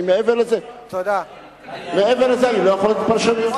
מעבר לזה אני לא יכול לתת פרשנות.